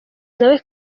nawe